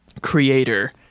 creator